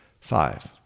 Five